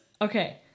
Okay